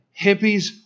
hippies